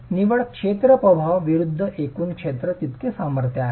निव्वळ क्षेत्र प्रभाव विरूद्ध एकूण क्षेत्र जितके सामर्थ्य आहे